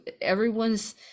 everyone's